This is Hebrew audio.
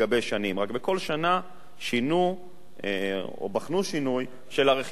רק בכל שנה שינו או בחנו שינוי של רכיב העמסה.